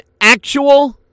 actual